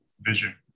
vision